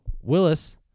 Willis